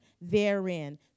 therein